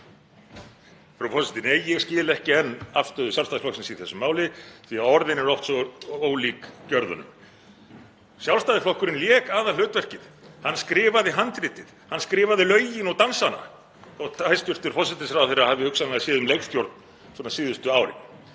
Frú forseti. Ég skil ekki enn afstöðu Sjálfstæðisflokksins í þessu máli því að orðin eru oft svo ólík gjörðunum. Sjálfstæðisflokkurinn lék aðalhlutverkið, hann skrifaði handritið, hann skrifaði lögin og dansana þótt hæstv. forsætisráðherra hafi hugsanlega séð um leikstjórn síðustu árin.